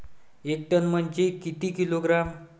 एक टन म्हनजे किती किलोग्रॅम?